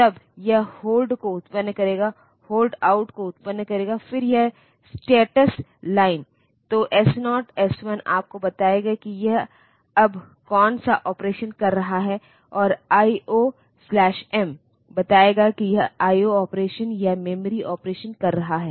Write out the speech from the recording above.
तब यह होल्ड को उत्पन्न करेगा होल्ड आउट को उत्पन्न करेगा फिर यह स्टेटस लाइन तो S0 S1 आपको बताएगा कि यह अब कौन सा ऑपरेशन कर रहा है और IO M बताएगा यह IO ऑपरेशन या मेमोरी ऑपरेशन कर रहा है